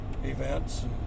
Events